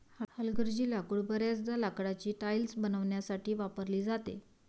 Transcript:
हलगर्जी लाकूड बर्याचदा लाकडाची टाइल्स बनवण्यासाठी वापरली जाते